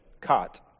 caught